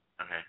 Okay